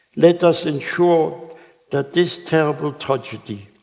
let us ensure that this terrible tragedy,